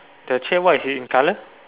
the chair what is it in colour